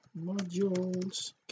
modules